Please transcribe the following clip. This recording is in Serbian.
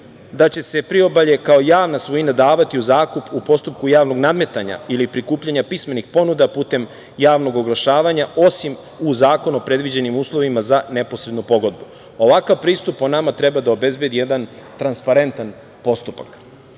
da će se priobalje kao javna svojina davati u zakup u postupku javnog nadmetanja ili prikupljanja pismenih ponuda putem javnog oglašavanja, osim u zakonu predviđenog uslovima za neposrednu pogodbu. Ovakav pristup po nama treba da obezbedi jedan transparentan postupak.